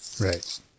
Right